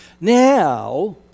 Now